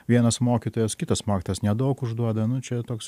vienas mokytojas kitas mokytojas nedaug užduoda nu čia jau toks